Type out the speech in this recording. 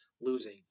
losing